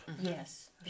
Yes